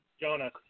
Jonas